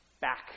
back